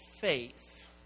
faith